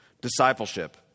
discipleship